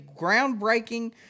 groundbreaking